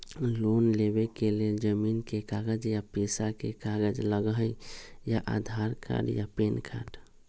Loan लेवेके लेल जमीन के कागज या पेशा के कागज लगहई या आधार कार्ड या पेन कार्ड?